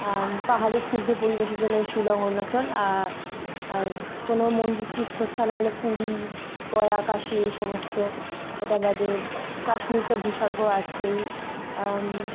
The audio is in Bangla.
পাহাড়ের স্নিগ্ধ পরিবেশের জন্য শিলং অরুণাচল আর কোনো মন্দির তীর্থস্থান মানে পুরী গয়া কাশী এই সমস্ত এটা বাদে কাশ্মীর তো ভূস্বর্গ আছেই